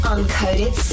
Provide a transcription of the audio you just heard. Uncoded